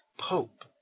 pope